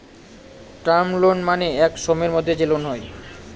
term loan মানে এক সময়ের মধ্যে যে লোন হয়